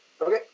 okay